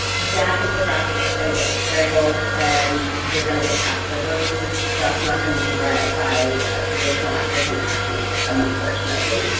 that infographic is going to get scrambled and you're going to get passed over because it's just not going to be read by a traditional applicant tracking system unfortunately.